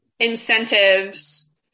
incentives